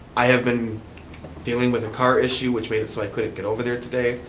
i have been dealing with a car issue, which made it so i couldn't get over there today,